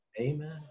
Amen